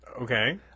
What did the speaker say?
Okay